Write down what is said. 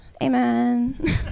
Amen